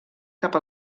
cap